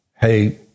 hey